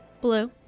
blue